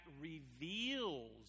reveals